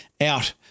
out